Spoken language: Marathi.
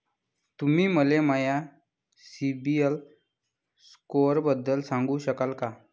तुम्ही मले माया सीबील स्कोअरबद्दल सांगू शकाल का?